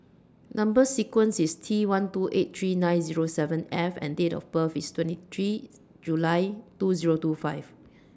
Number sequence IS T one two eight three nine Zero seven F and Date of birth IS twenty three July two Zero two five